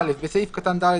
(א)בסעיף קטן (ד),